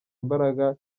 imbaraga